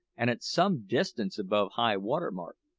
and at some distance above high-water mark.